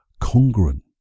congruent